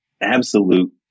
absolute